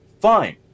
fine